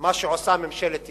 מה שעושה ממשלת ישראל.